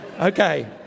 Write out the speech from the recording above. Okay